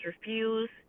refuse